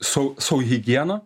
su su higiena